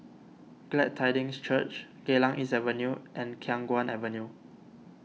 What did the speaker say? Glad Tidings Church Geylang East Avenue and Khiang Guan Avenue